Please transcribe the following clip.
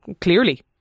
clearly